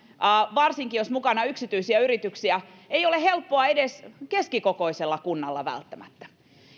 varsinkin jos mukana on yksityisiä yrityksiä ei ole välttämättä helppoa edes keskikokoisella kunnalla